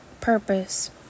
purpose